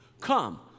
Come